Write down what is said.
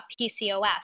PCOS